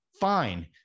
Fine